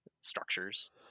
structures